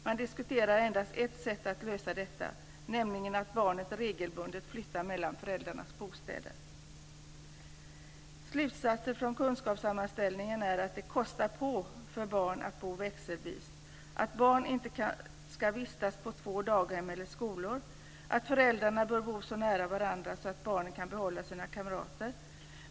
Man diskuterar endast ett sätt att lösa detta, nämligen att barnet regelbundet flyttar mellan föräldrarnas bostäder. Slutsatser från kunskapssammanställningen är att det "kostar på" för barn att bo växelvis, att barnen inte ska vistas på två daghem eller skolor och att föräldrarna bör bo så nära varandra att barnen kan behålla samma kamrater.